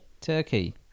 turkey